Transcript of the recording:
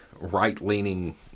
right-leaning